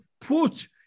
put